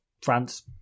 France